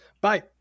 Bye